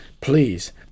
Please